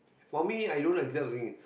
for me i don't agree this type of thing